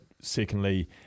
secondly